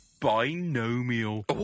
binomial